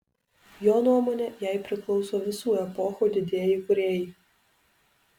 jo nuomone jai priklauso visų epochų didieji kūrėjai